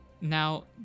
Now